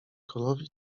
królowi